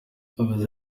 yavuze